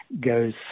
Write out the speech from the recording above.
goes